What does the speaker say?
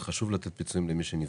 וגם חשוב לתת פיצויים למי שנפגע,